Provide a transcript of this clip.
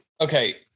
Okay